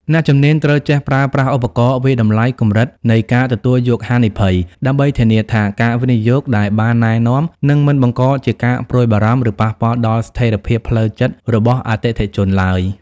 អ្នកជំនាញត្រូវចេះប្រើប្រាស់ឧបករណ៍វាយតម្លៃកម្រិតនៃការទទួលយកហានិភ័យ ដើម្បីធានាថាការវិនិយោគដែលបានណែនាំ នឹងមិនបង្កជាការព្រួយបារម្ភ ឬប៉ះពាល់ដល់ស្ថិរភាពផ្លូវចិត្តរបស់អតិថិជនឡើយ។